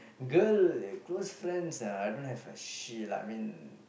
girl close friends ah I don't have a she lah I mean